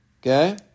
okay